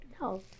No